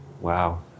wow